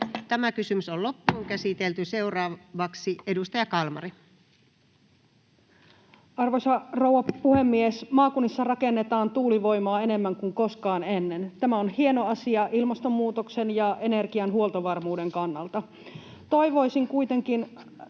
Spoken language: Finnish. hoitovelan purkua. Seuraavaksi edustaja Kalmari. Arvoisa rouva puhemies! Maakunnissa rakennetaan tuulivoimaa enemmän kuin koskaan ennen. Tämä on hieno asia ilmastonmuutoksen torjunnan ja energian huoltovarmuuden kannalta. [Perussuomalaisten